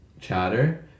chatter